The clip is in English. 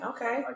Okay